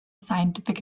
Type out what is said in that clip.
scientific